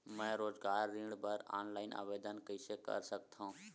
मैं रोजगार ऋण बर ऑनलाइन आवेदन कइसे कर सकथव?